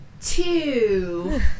two